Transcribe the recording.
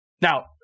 Now